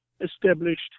established